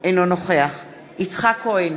אינו נוכח יצחק כהן,